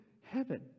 heaven